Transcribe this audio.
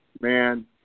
Man